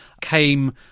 came